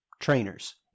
trainers